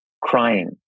crying